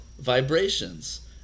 vibrations